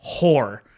whore